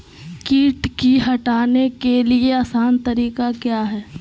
किट की हटाने के ली आसान तरीका क्या है?